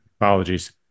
Apologies